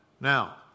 Now